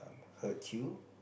hurt you